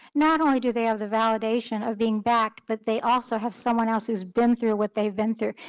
not only do they have the validation of being back but they also have someone else who's been through what they've been through.